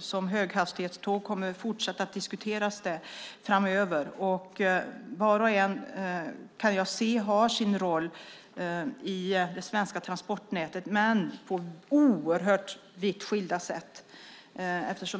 som höghastighetståg, kommer att fortsätta att diskuteras framöver. Var och en, kan jag se, har sin roll i det svenska transportnätet men på vitt skilda sätt.